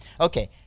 Okay